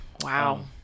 Wow